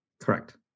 Correct